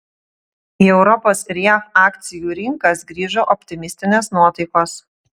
į europos ir jav akcijų rinkas grįžo optimistinės nuotaikos